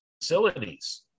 facilities